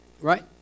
right